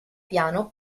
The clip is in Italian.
piano